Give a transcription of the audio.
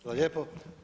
Hvala lijepo.